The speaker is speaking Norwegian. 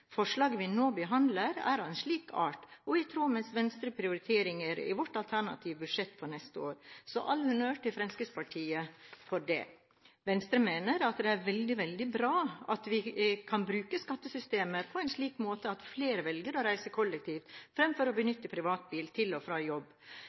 Forslaget vi nå behandler, er av en slik art, og det er i tråd med Venstres prioriteringer i vårt alternative statsbudsjett for neste år. – Så all honnør til Fremskrittspartiet for det! Venstre mener det er veldig, veldig bra at vi kan bruke skattesystemet på en slik måte at flere velger å reise kollektivt fremfor å